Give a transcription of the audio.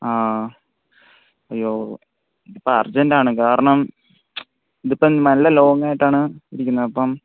ആ അയ്യോ ഇപ്പം അർജൻ്റാണ് കാരണം ഇതിപ്പം നല്ല ലോങ്ങായിട്ടാണ് ഇരിക്കുന്നത് അപ്പം